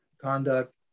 conduct